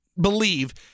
believe